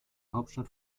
hauptstadt